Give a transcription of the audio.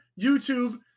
YouTube